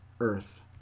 earth